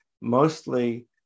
mostly